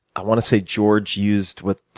i want to say george used what